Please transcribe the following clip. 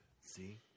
See